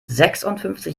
sechsundfünfzig